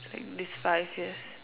like this five years